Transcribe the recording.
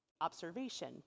observation